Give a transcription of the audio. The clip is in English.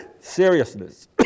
seriousness